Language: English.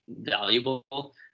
valuable